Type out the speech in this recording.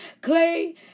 clay